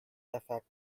effect